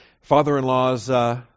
father-in-law's